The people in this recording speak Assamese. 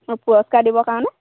পুৰস্কাৰ দিবৰ কাৰণে